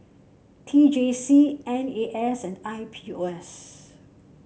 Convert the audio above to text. T J C N A S and I P O S